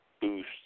boost